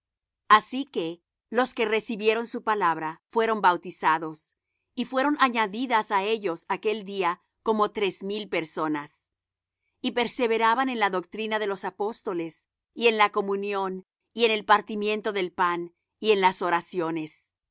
así que los que recibieron su palabra fueron bautizados y fueron añadidas á ellos aquel día como tres mil personas y perseveraban en la doctrina de los apóstoles y en la comunión y en el partimiento del pan y en las oraciones